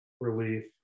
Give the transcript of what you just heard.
relief